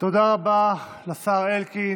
תודה רבה לשר אלקין.